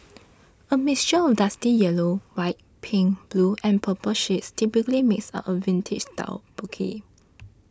a mixture of dusty yellow white pink blue and purple shades typically makes up a vintage style bouquet